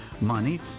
money